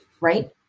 right